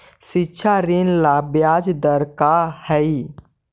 शिक्षा ऋण ला ब्याज दर का हई?